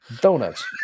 donuts